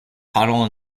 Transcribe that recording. tunnel